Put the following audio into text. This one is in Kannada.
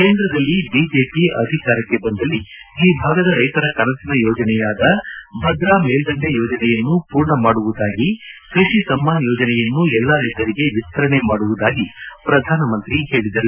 ಕೇಂದ್ರದಲ್ಲಿ ಬಿಜೆಪಿ ಅಧಿಕಾರಕ್ಕೆ ಬಂದಲ್ಲಿ ಈ ಭಾಗದ ರೈತರ ಕನಸಿನ ಯೋಜನೆಯಾದ ಭದ್ರ ಮೇಲ್ದಂಡೆ ಯೋಜನೆಯನ್ನು ಪೂರ್ಣ ಮಾಡುವುದಾಗಿಯೂ ಕೃಷಿ ಸಮ್ಮಾನ್ ಯೋಜನೆಯನ್ನು ಎಲ್ಲಾ ರೈತರಿಗೆ ವಿಸ್ತರಣೆ ಮಾಡುವುದಾಗಿ ಪ್ರಧಾನಿ ಹೇಳಿದರು